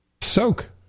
Soak